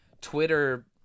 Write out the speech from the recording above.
Twitter